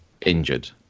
injured